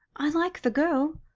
i like the girl.